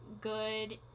good